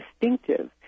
distinctive